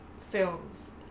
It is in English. films